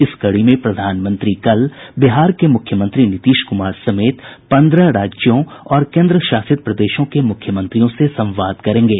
इस कड़ी में प्रधानमंत्री कल बिहार के मुख्यमंत्री नीतीश कुमार समेत पंद्रह राज्यों और केंद्रशासित प्रदेशों के मुख्यमंत्रियों से संवाद करेंगे